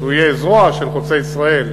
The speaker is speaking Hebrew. שיהיה זרוע של חוצה-ישראל,